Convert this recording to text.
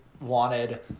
wanted